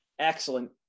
excellent